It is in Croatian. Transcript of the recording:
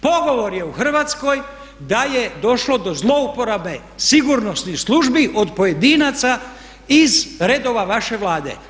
Pogovor je u Hrvatskoj da je došlo do zlouporabe sigurnosnih službi od pojedinaca iz redova vaše Vlade.